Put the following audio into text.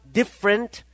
different